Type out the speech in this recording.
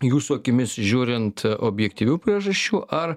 jūsų akimis žiūrint objektyvių priežasčių ar